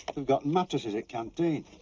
they've got mattresses at camp dean.